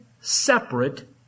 separate